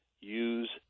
use